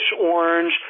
orange